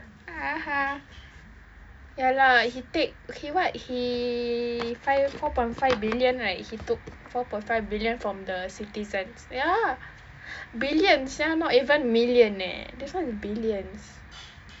ya lah he take he what he fi~ four point five billion right he took four point five billion from the citizens ya billion sia not even million leh this one billions